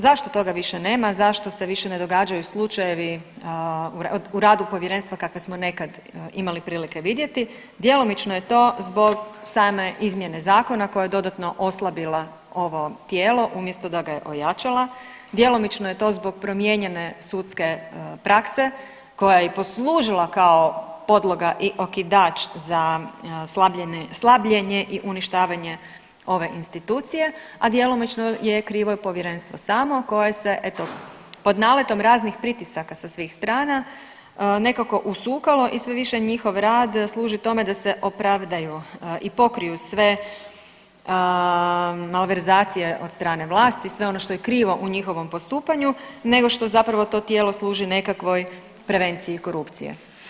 Zašto toga više nema, zašto se više ne događaju slučajevi u radu povjerenstva kakve smo nekad imali prilike vidjeti, djelomično je to zbog same izmjene zakona koja je dodatno oslabila ovo tijelo umjesto da ga je ojačala, djelomično je to zbog promijenjene sudske prakse koja je i poslužila kao podloga i okidač za slabljenje i uništavanje ove institucije, a djelomično je krivo i povjerenstvo samo koje se eto pod naletom raznih pritisaka sa svih strana nekako usukalo i sve više njihov rad služi tome da se opravdaju i pokriju sve malverzacije od strane vlasti, sve ono što je krivo u njihovom postupanju nego što zapravo to tijelo služi nekakvoj prevenciji korupcije.